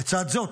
לצד זאת,